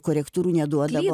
korektūrų neduodavo